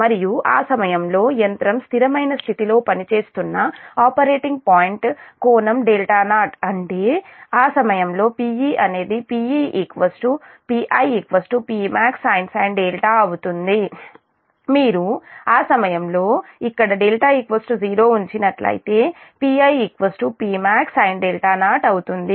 మరియు ఆ సమయంలో యంత్రం స్థిరమైన స్థితిలో పనిచేస్తున్న ఆపరేటింగ్ పాయింట్ కోణం δ0 అంటే ఆ సమయంలో Pe అనేది Pe Pi Pmax sin δ అవుతుంది మీరు ఆ సమయంలో ఇక్కడ δ 0 ఉంచినట్లయితే Pi Pmax sin 0 అవుతుంది